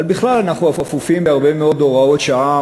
אבל בכלל אנחנו אפופים בהרבה מאוד הוראות שעה,